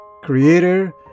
creator